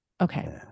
Okay